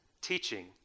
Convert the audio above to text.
teaching